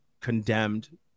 condemned